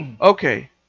Okay